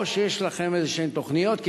או שיש לכם תוכניות כלשהן,